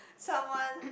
someone